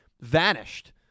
vanished